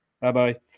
Bye-bye